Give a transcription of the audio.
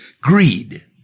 greed